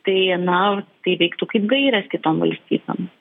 tai na tai veiktų kaip gairės kitom valstybėm